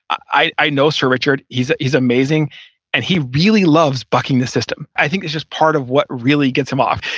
i i know sir richard, he's he's amazing and he really loves bucking the system. i think it's just part of what really gets him off.